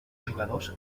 jugadors